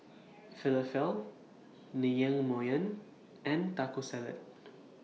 Falafel Naengmyeon and Taco Salad